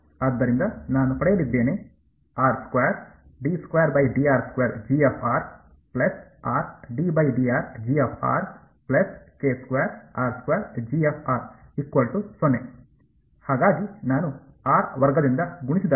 ಆದ್ದರಿಂದ ನಾನು ಪಡೆಯಲಿದ್ದೇನೆ ಹಾಗಾಗಿ ನಾನು ಆರ್ ವರ್ಗದಿಂದ ಗುಣಿಸಿದಾಗ